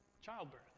childbirth